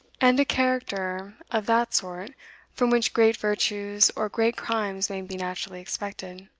and a character of that sort from which great virtues or great crimes may be naturally expected.